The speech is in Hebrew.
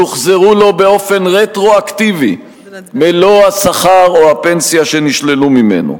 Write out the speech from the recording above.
יוחזרו לו באופן רטרואקטיבי מלוא השכר או הפנסיה שנשללו ממנו,